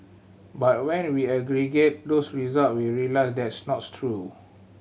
but when we aggregate those result we realise that's not true